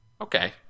Okay